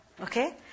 Okay